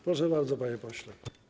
Proszę bardzo, panie pośle.